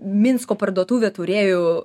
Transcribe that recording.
minsko parduotuvė turėjo